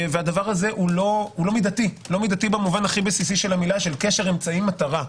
זה לא מידתי במובן הכי בסיסי של המילה של קשר אמצעי מטרה.